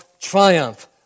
triumph